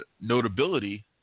notability